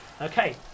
Okay